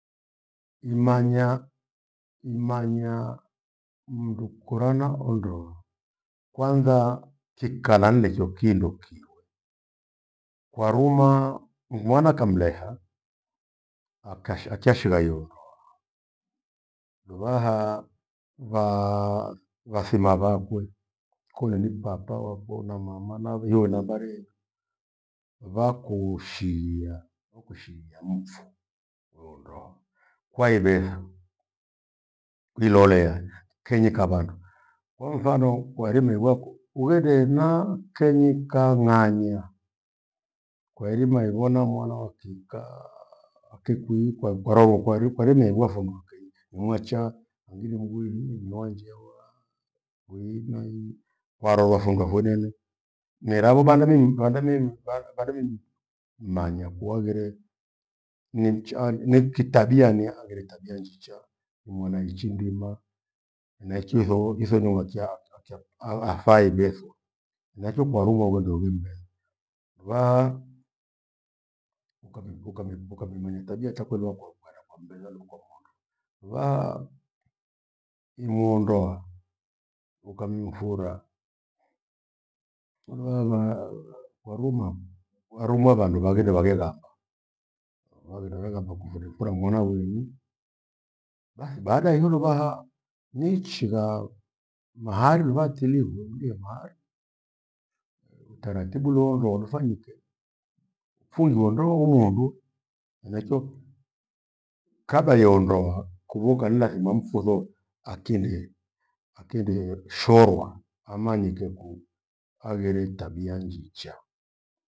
Imanya, imanya, mundu kura nao ndoa, kwanza chikalande chokindo kiwe, kwaruma mwana kamleha, akashe achashigha hiyo ndoa. Luvaha vaaha vathima vakwe kulendi ni papa wakwe na mama na viwe mbare. Vakuu shighia mfu io ndoa kaivetha kuilolea kenyi ka vandu kwa mfano kwahirima iweku ughende enaa kenyi kang'anya kwairima ivona mwana wa kikaa akikuikwa ekwaroho kwairi- kwairime imevoa for makii imwechaa hangiri mwighire nihonjewaa gwii naii kwa rotha fonga fonene miravo bandeni bande nini manya kuhaghire nimcha nikitabia nihaghere tabia njicha, nimwana ichi ndima henachio ithogoro- itho nuha kyaa- ayapu- ah- hafai veswa. Henachio kwa lugha uwendo uwimbee luvaaha ukami- ukami- ukamimanya tabia takwe lua kwa mbara kwambela lu kwamwanga vaa aaimuondoa ukamifura huluhavaa kwaruma, kwaruma vandu vaghire waghe lamba. waghinde weghamba kufundi mfura mwanawenii bathi baada ya hiyo luvaha nichigha mahali luvatiligwe. Uwihe mahari utaratibu ule wa ndoa lufanyike, ufungiwe ndoa huo wandu. Henachio kabla hiyo ndoa kuvoka nenda thima mfusore akinde akinde shorwaa amanyike ku- aghire tabia njicha.